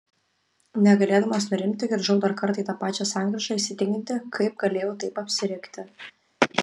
negalėdamas nurimti grįžau dar kartą į tą pačią sankryžą įsitikinti kaip galėjau taip apsirikti